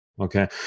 Okay